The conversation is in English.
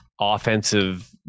offensive